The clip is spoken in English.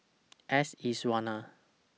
S Iswaran